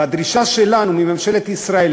והדרישה שלנו מממשלת ישראל